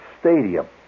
stadium